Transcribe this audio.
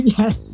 Yes